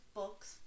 books